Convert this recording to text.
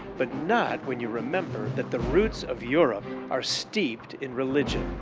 but not when you remember that the roots of europe are steeped in religion,